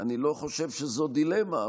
אני לא חושב שזאת דילמה,